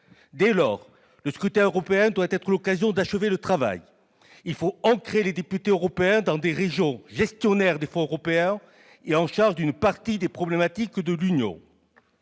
Dès lors, le scrutin européen doit être l'occasion d'achever le travail. Il faut ancrer les députés européens dans des régions gestionnaires des fonds européens et en charge d'une partie des problématiques de l'Union.